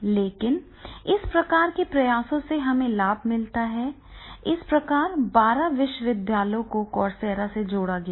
लेकिन इस प्रकार के प्रयासों से हमें लाभ मिलता है इस प्रकार बारह विश्वविद्यालयों को कसेरा में जोड़ा गया है